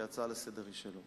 כי ההצעה לסדר-היום היא שלו.